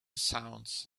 sounds